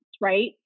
right